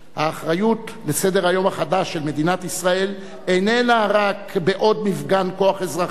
האחריות לסדר-היום החדש של מדינת ישראל איננה רק בעוד מפגן כוח אזרחי,